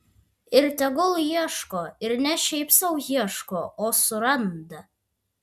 ir tegul ieško ir ne šiaip sau ieško o suranda